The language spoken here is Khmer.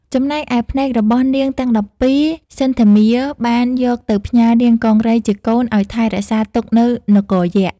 ចំណែកឯភ្នែករបស់នាងទាំង១២ សន្ធមារបានយកទៅផ្ញើនាងកង្រីជាកូនឲ្យថែរក្សាទុកនៅនគរយក្ខ។